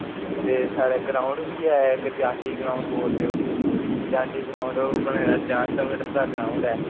ते साडे ग्राउंड बी है इक जांडी ग्राउड़ बोलदे उसी जांडी ग्राउंड ओह् बने दा चौर सौ मिटर दा ग्रांउड ऐ